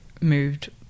moved